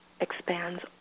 expands